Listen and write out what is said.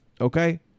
Okay